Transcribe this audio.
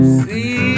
see